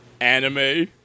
Anime